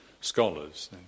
scholars